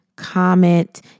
comment